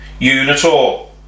Unitor